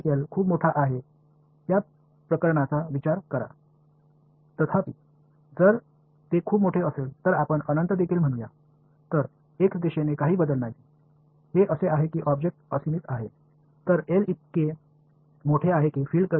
L மிகப் பெரியதாக இருக்கும் விஷயத்தைப் பற்றி சிந்தியுங்கள் இருப்பினும் அது மிகப் பெரியதாக இருந்தால் கூட எல்லையற்றது என்று சொல்வோம் பின்னர் x திசையில் எந்த மாறுபாடும் இல்லை அது பொருள் எல்லையற்றது போன்றது